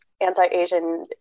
anti-Asian